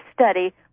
study